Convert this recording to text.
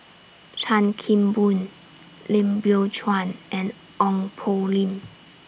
Chan Kim Boon Lim Biow Chuan and Ong Poh Lim